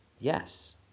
yes